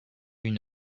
une